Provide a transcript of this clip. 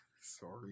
sorry